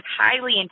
highly